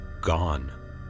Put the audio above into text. gone